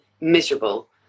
miserable